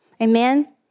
amen